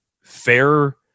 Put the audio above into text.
fair